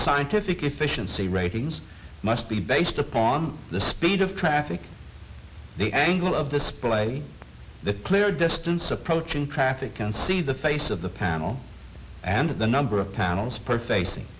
scientific efficiency ratings must be based upon the speed of traffic the angle of the splay the clear distance approaching traffic can see the face of the panel and the number of panels per facing